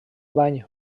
bany